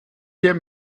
hier